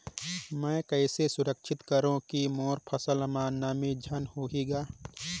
मैं कइसे सुरक्षित करो की मोर फसल म नमी झन होही ग?